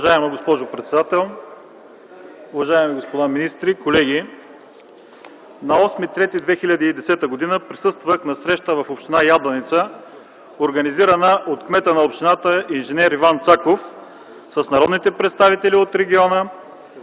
Уважаема госпожо председател, уважаеми господа министри, колеги! На 8 март 2010 г. присъствах на среща в община Ябланица, организирана от кмета на общината инж. Иван Цаков, с народните представители от региона,